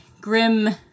grim